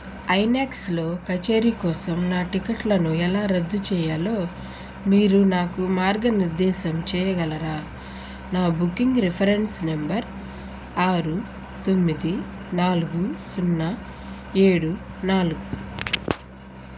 ఐనాక్స్లో కచేరీ కోసం నా టిక్కెట్లను ఎలా రద్దు చేయాలో మీరు నాకు మార్గనిర్దేశం చేయగలరా నా బుకింగ్ రిఫరెన్స్ నెంబర్ ఆరు తొమ్మిది నాలుగు సున్నా ఏడు నాలుగు